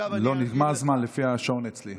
לא, נגמר הזמן לפי השעון אצלי.